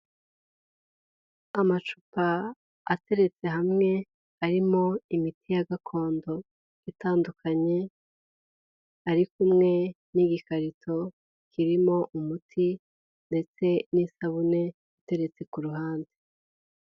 Amacupa ateretse hamwe arimo imiti ya gakondo itandukanye, ari kumwe n'igikarito kirimo umuti ndetse n'isabune iteretse ku ruhande.